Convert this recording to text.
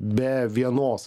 be vienos